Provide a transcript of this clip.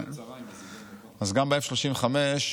ביום שישי.